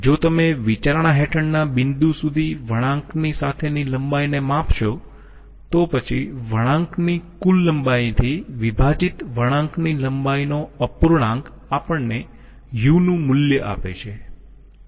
જો તમે વિચારણા હેઠળના બિંદુ સુધી વળાંકની સાથેની લંબાઈને માપશો તો પછી વળાંકની કુલ લંબાઈથી વિભાજિત વળાંકની લંબાઈનો અપૂર્ણાંક આપણને u નું મૂલ્ય આપે છે